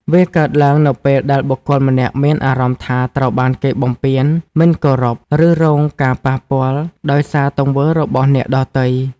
វាកើតឡើងនៅពេលដែលបុគ្គលម្នាក់មានអារម្មណ៍ថាត្រូវបានគេបំពាន មិនគោរព ឬរងការប៉ះពាល់ដោយសារទង្វើរបស់អ្នកដទៃ។